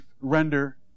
render